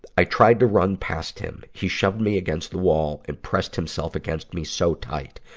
i tried to run past him. he shoved me against the wall and pressed himself against me so tight.